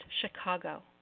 Chicago